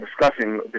discussing